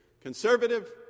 conservative